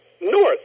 north